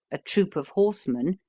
a troop of horsemen,